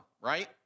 right